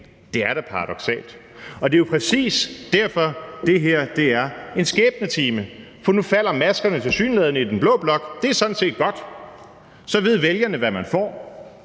Det er da paradoksalt. Og det er jo præcis derfor, at det her er en skæbnetime, for nu falder maskerne tilsyneladende i den blå blok, og det er sådan set godt, for så ved vælgerne, hvad de får.